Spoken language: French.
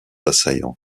assaillants